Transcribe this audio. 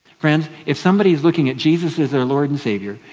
friends, if somebody is looking at jesus as their lord and savior,